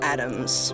Adams